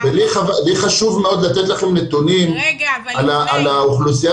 לי חשוב לתת לכם נתונים על האוכלוסייה